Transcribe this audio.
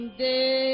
day